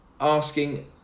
asking